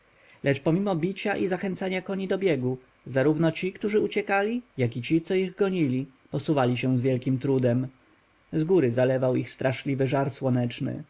lecz pomimo bicia i zachęcania koni do biegu zarówno ci którzy uciekali jak i ci co ich gonili posuwali się z wielkim trudem zgóry zalewał ich straszliwy żar